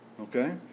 okay